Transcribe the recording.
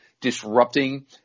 disrupting